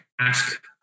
ask